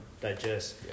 digest